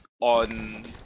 on